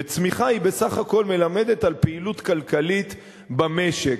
וצמיחה בסך הכול מלמדת על פעילות כלכלית במשק.